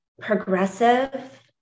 progressive